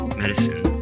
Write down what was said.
medicine